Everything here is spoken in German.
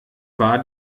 war